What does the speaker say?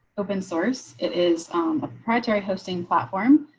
open source. it is um a proprietary hosting platform.